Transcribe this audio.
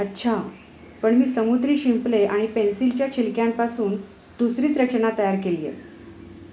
अच्छा पण मी समुद्री शिंपले आणि पेन्सिलच्या छिलक्यांपासून दुसरीच रचना तयार केली आहे